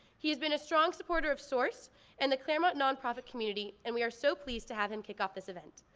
he has been a strong supporter of source and the claremont non-profit community, and we are so pleased to have him kick off this event.